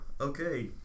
Okay